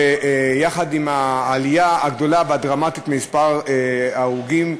יחד עם העלייה הגדולה והדרמטית במספר ההרוגים,